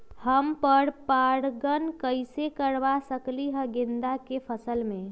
हम पर पारगन कैसे करवा सकली ह गेंदा के फसल में?